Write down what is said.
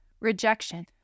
Rejection